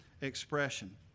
expression